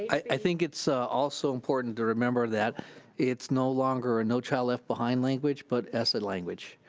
i think it's so also important to remember that it's no longer and no child left behind language, but s ed language,